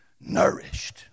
Nourished